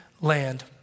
land